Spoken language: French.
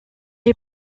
est